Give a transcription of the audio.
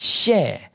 share